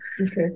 okay